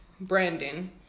Brandon